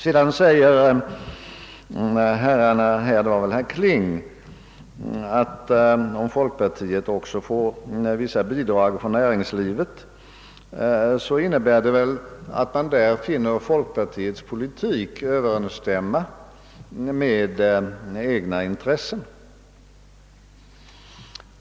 Herr Kling gör vidare gällande att om folkpartiet får vissa bidrag från näringslivet, innebär det att man finner folkpartiets politik överensstämma med egna intressen.